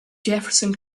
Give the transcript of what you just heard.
jefferson